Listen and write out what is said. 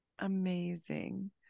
amazing